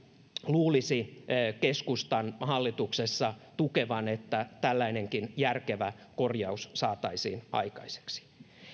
luulisi keskustan hallituksessa tukevan että tällainenkin järkevä korjaus saataisiin aikaiseksi